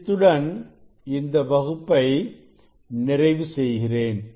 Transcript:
இத்துடன் இந்த வகுப்பை நிறைவு செய்கிறேன்